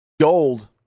gold